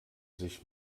sich